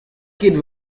ket